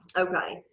okay,